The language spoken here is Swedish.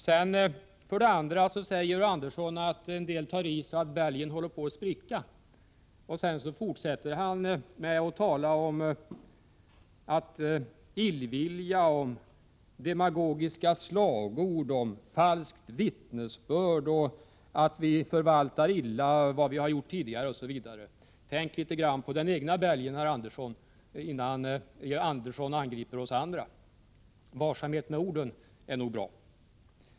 Georg Andersson säger att en del tar i så att bälgen håller på att spricka, och sedan fortsätter han med att tala om illvilja, demagogiska slagord, falskt vittnesbörd, att vi förvaltar illa vad vi har gjort tidigare, osv. Tänk litet grand på den egna bälgen, herr Andersson, innan Ni angriper oss andra! Varsamhet med orden är nog bra.